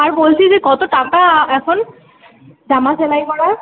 আর বলছি যে কত টাকা এখন জামা সেলাই করার